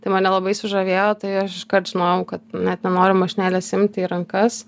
tai mane labai sužavėjo tai aš iškart žinojau kad net nenoriu mašinėlės imti į rankas